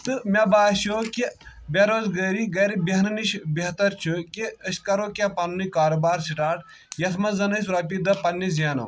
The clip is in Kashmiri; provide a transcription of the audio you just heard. تہٕ مےٚ باسیٚو کہِ بےٚ روزگٲری گرِ بیٚہنہٕ نِش بہترچھُ کہِ أسۍ کَرو کینٛہہ پَنٕنُے کارٕبار سٹارٹ یتھ منٛز زن أسۍ رۄپیہِ دہ پننہِ زینو